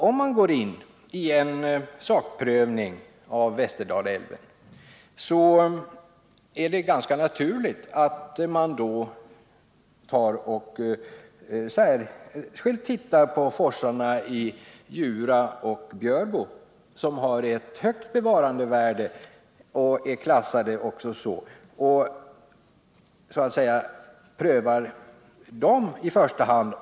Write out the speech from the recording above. Om man går in i en sakprövning av Västerdalälven är det ganska naturligt att man då särskilt tittar på forsarna i Djura och Björbo, som är klassade som forsar med ett högt bevarandevärde.